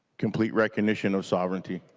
complete recognition of sovereignty.